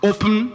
Open